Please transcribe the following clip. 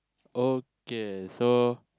okay so